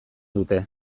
dute